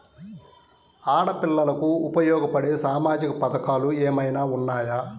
ఆడపిల్లలకు ఉపయోగపడే సామాజిక పథకాలు ఏమైనా ఉన్నాయా?